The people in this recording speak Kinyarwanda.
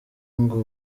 ngo